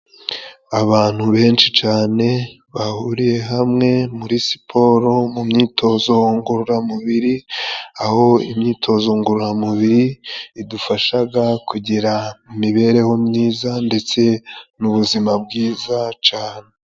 Abantu benshi cyane bahuriye hamwe muri siporo, mu myitozo ngororamubiri, aho imyitozo ngororamubiri idufashaga kugira imibereho myiza ndetse n'ubuzima bwiza cane.